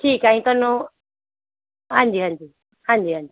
ਠੀਕ ਹੈ ਜੀ ਤੁਹਾਨੂੰ ਹਾਂਜੀ ਹਾਂਜੀ ਹਾਂਜੀ ਹਾਂਜੀ